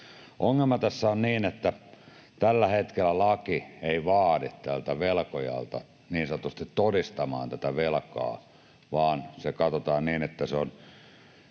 Ongelma tässä on, että tällä hetkellä laki ei vaadi velkojaa todistamaan tätä velkaa, vaan se katsotaan niin, että se on